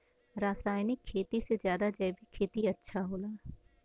रासायनिक खेती से ज्यादा जैविक खेती अच्छा होला